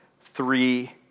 three